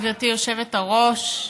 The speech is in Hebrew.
גברתי היושבת-ראש,